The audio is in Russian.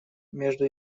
между